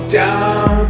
down